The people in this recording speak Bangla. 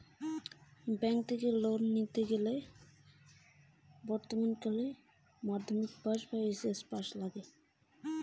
ব্যাংক থাকি লোন নিলে কতদূর পড়াশুনা নাগে?